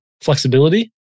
flexibility